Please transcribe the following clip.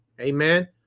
Amen